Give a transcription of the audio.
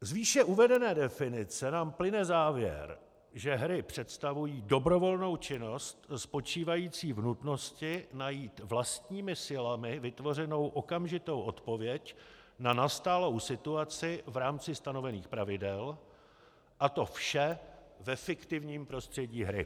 Z výše uvedené definice nám plyne závěr, že hry představují dobrovolnou činnost spočívající v nutnosti najít vlastními silami vytvořenou okamžitou odpověď na nastalou situaci v rámci stanovených pravidel, a to vše ve fiktivním prostředí hry.